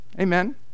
Amen